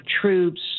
troops